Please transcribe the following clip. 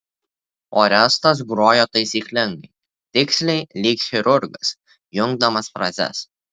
orestas grojo taisyklingai tiksliai lyg chirurgas jungdamas frazes